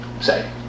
say